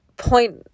point